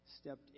stepped